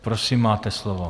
Prosím, máte slovo.